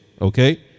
okay